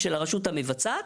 למי יש את הכוח לעצור את זה?